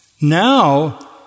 Now